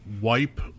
wipe